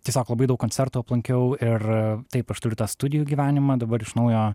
tiesiog labai daug koncertų aplankiau ir taip aš turiu tą studijų gyvenimą dabar iš naujo